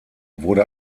wurde